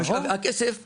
הכסף מוגבל.